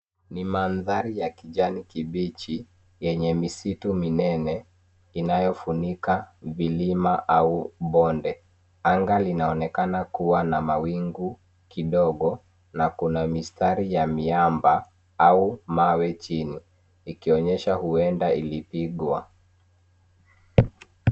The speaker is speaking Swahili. Ni mandhari ya kijani kibichi yenye misitu minene inayovunika vilima au bonde. Anga linaonekana kuwa na mawingu kidogo na kuna mistari ya miamba au mawe chini ikionyesha huenda ilipigwa.